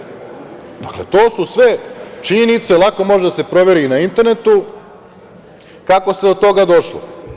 Dakle, to su sve činjenice, lako može da se proveri i na internetu, kako se do toga došlo.